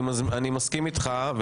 אני מסכים איתך.